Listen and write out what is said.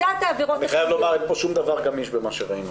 אני חייב לומר שאין כאן שום דבר גמיש במה שראינו.